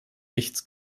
nichts